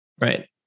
right